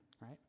right